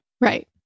Right